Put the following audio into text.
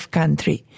country